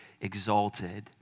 exalted